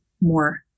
more